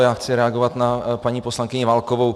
Já chci reagovat na paní poslankyni Válkovou.